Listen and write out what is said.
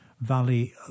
Valley